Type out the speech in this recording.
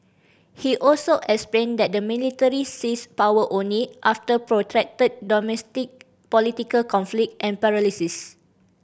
he also explained that the military seized power only after protracted domestic political conflict and paralysis